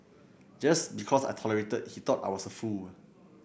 just because I tolerated he thought I was a fool